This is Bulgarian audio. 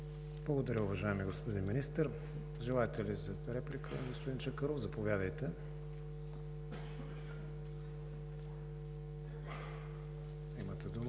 Благодаря, уважаеми господин Министър. Желаете ли реплика, господин Чакъров? Заповядайте, имате думата.